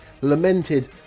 lamented